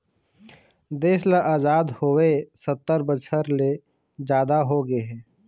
देश ल अजाद होवे सत्तर बछर ले जादा होगे हे